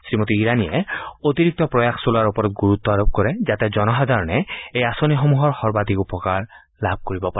শ্ৰীমতী ইৰাণীয়ে অতিৰিক্ত প্ৰয়াস চলোৱাৰ ওপৰত গুৰুত্ব আৰোপ কৰে যাতে জনসাধাৰণে এই আঁচনিসমূহ সৰ্বাধিক উপকাৰ লাভ কৰিব পাৰে